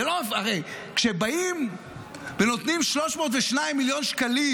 הרי כשבאים ונותנים 302 מיליון שקלים